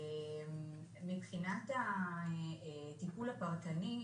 מבחינת הטיפול הפרטני,